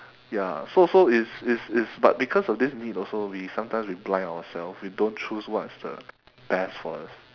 ya so so is is is but because of this need also we sometimes we blind yourself we don't choose what's the best for us